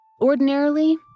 Ordinarily